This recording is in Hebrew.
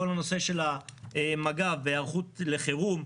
כל הנושא של מגע והיערכות לחירום,